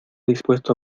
dispuesto